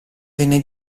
venne